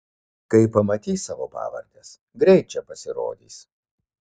kai pamatys savo pavardes greit čia pasirodys